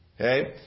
okay